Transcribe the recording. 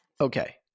Okay